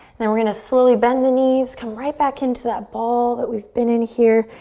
then we're going to slowly bend the knees. come right back into that ball that we've been in here.